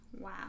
Wow